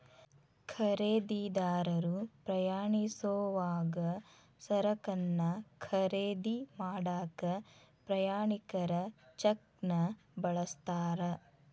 ಖರೇದಿದಾರರು ಪ್ರಯಾಣಿಸೋವಾಗ ಸರಕನ್ನ ಖರೇದಿ ಮಾಡಾಕ ಪ್ರಯಾಣಿಕರ ಚೆಕ್ನ ಬಳಸ್ತಾರ